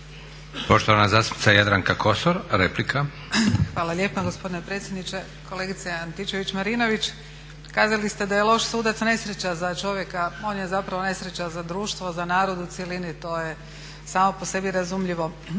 **Kosor, Jadranka (Nezavisni)** Hvala lijepo gospodine predsjedniče. Kolegice Antičević-Marinović, kazali ste da je loš sudac nesreća za čovjeka, on je zapravo nesreća za društvo, za narod u cjelini i to je samo po sebi razumljivo.